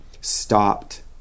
stopped